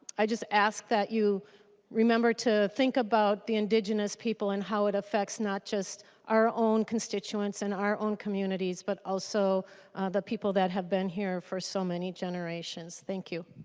i just ask that you remember to think about the indigenous people and how it affects not just our own constituents in our own communities and but also the people that have been here for so many generations. thank you.